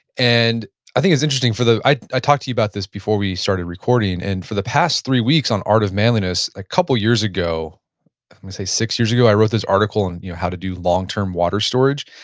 and i think it's interesting for the, i i talked to you about this before we started recording. and for the past three weeks on art of manliness, a couple of years ago, i'm gonna say six years ago, i wrote this article on how to do long-term water storage.